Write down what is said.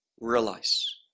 realize